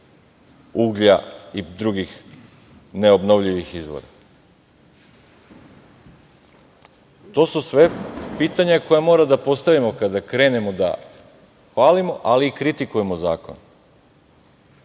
uglja i drugih neobnovljivih izvora? To su sve pitanja koja moramo da postavimo kada krenemo da hvalimo, ali i kritikujemo zakon,